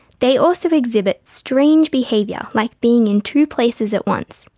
they also exhibit strange behaviour, like being in two places at once,